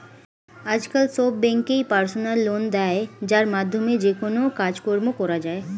আজকাল সব ব্যাঙ্কই পার্সোনাল লোন দেয় যার মাধ্যমে যেকোনো কাজকর্ম করা যায়